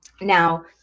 Now